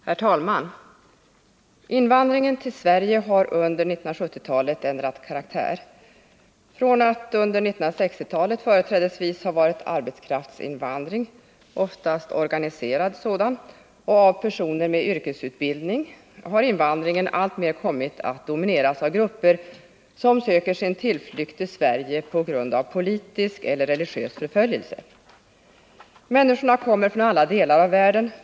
Herr talman! Invandringen till Sverige har under 1970-talet ändrat karaktär. Från att under 1960-talet företrädesvis ha varit arbetskraftsinvandring, oftast organiserad sådan och bestående av personer med yrkesutbildning, har invandringen alltmer kommit att domineras av grupper som söker sin tillflykt till Sverige på grund av politisk eller religiös förföljelse. Människorna kommer från alla delar av världen.